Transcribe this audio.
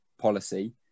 policy